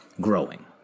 growing